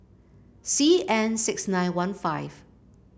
C N six nine one five